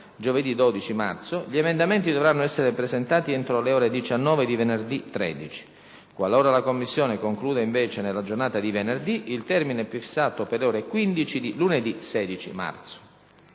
giovedì 12 marzo, gli emendamenti dovranno essere presentati entro le ore 19 di venerdì 13; qualora la Commissione concluda invece nella giornata di venerdì, il termine è fissato per le ore 15 di lunedì 16 marzo.